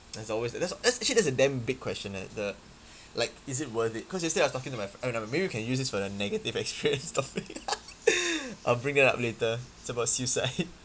there's always that that's actually that's a damn big question eh the like is it worth it because yesterday I was talking to my uh no never mind maybe we can use this for the negative experience topic I'll bring it up later it's about suicide